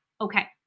okay